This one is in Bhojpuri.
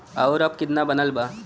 और अब कितना बनल बा?